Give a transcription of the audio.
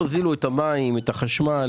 תוזילו את המים, את החשמל.